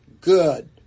good